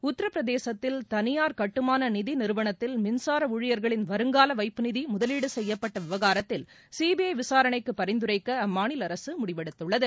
உத்தரப்பிரதேசத்தில் தனியார் கட்டுமான நிதி நிறுவனத்தில் மின்சார ஊழியர்களின் வருங்கால வைப்பு நிதி முதலீடு செய்யப்பட்ட விவகாரத்தில் சிபிற விசாரணைக்கு பரிந்துரைக்க அம்மாநில அரசு முடிவெடுத்துள்ளது